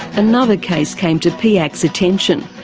and another case came to piac's attention,